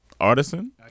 Artisan